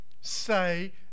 say